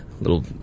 little